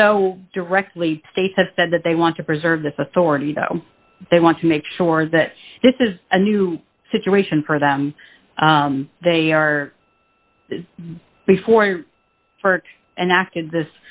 no directly states have said that they want to preserve this authority that they want to make sure that this is a new situation for them they are before and acted this